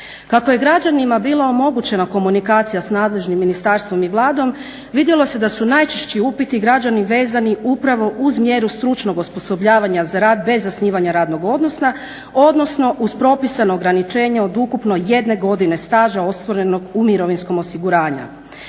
Kako je građanima bilo omogućena komunikacija s nadležnim ministarstvom i Vladom vidjelo se da su najčešći upiti građana vezani upravo uz mjeru stručnog osposobljavanja za rad bez zasnivanja radnog odnosa, odnosno uz propisano ograničenje od ukupno 1 godine staža ostvarenog u mirovinskom osiguranju.